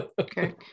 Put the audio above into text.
Okay